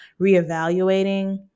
reevaluating